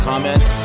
comment